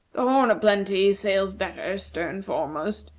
the horn o plenty' sails better stern foremost,